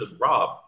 rob